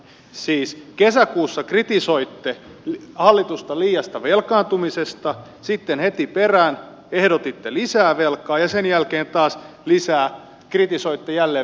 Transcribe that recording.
siis kesäkuussa kritisoitte hallitusta liiasta velkaantumisesta sitten heti perään ehdotitte lisää velkaa ja sen jälkeen taas lisää kritisoitte jälleen velkaantumista